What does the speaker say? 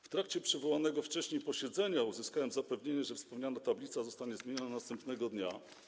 W trakcie przywołanego wcześniej posiedzenia uzyskałem zapewnienie, że wspomniana tablica zostanie zmieniona następnego dnia.